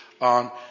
on